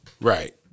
Right